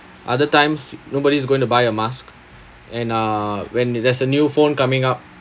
other times nobody's going to buy a mask and uh when there's a new phone coming up